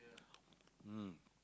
mm